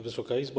Wysoka Izbo!